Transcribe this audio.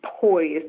poised